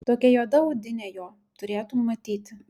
tokia juoda audinė jo turėtum matyt